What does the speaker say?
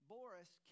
Boris